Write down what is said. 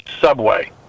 subway